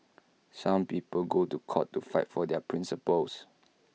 some people go to court to fight for their principles